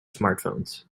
smartphones